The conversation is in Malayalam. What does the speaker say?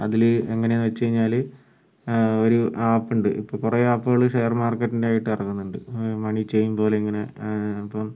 അതില് എങ്ങനെയാണെന്ന് വെച്ചുകഴിഞ്ഞാല് ഒരു ആപ്പ് ഉണ്ട് ഇപ്പോൾ കുറെ ആപ്പുകള് ഷെയർ മാർക്കറ്റിൻറ്റെ ആയിട്ട് ഇറങ്ങുന്നുണ്ട് മണി ചെയിൻ പോലെ ഇങ്ങനെ അപ്പം